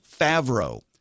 Favreau